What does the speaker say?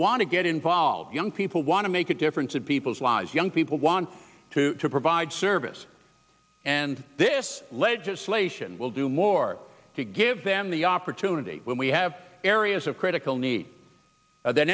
want to get involved young people want to make a difference in people's lives young people want to provide service and this legislation will do more to give them the opportunity when we have areas of critical ne